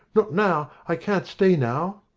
not now, i can't stay now,